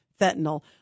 fentanyl